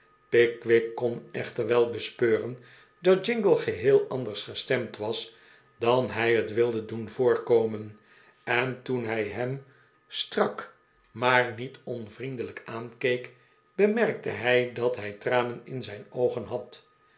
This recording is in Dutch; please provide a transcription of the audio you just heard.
pickwick kon echter wel bespeuren dat jingle geheel anders gestemd was dan hij het wilde doen voorkomen en toen hij hem strak maar niet onvriendelijk aankeek bemerkte hij dat hij tranen in zijn oogen had